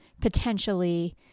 potentially